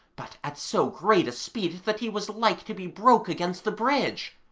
but at so great a speed that he was like to be broke against the bridge.